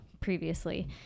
previously